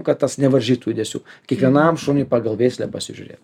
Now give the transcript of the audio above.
kad tas nevaržytų judesių kiekvienam šuniui pagal veislę pasižiūrėt